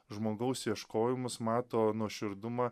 žmogaus ieškojimus mato nuoširdumą